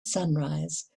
sunrise